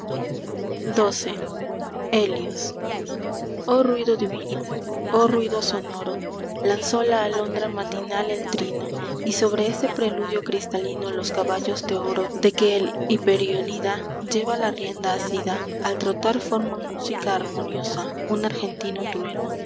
xii helios oh ruido divino oh ruido sonoro lanzó la alondra matinal el trino y sobre ese preludio cristalino los caballos de oro de que el hiperionida lleva la rienda asida al trotar forman música armoniosa un argentino trueno